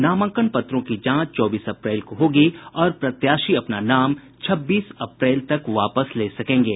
नामांकन पत्रों की जांच चौबीस अप्रैल को होगी और प्रत्याशी अपना नाम छब्बीस अप्रैल तक वापस ले सकेंगे